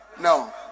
No